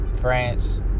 France